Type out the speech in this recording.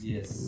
Yes